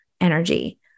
energy